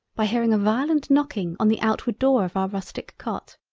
by hearing a violent knocking on the outward door of our rustic cot.